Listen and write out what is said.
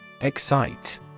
Excite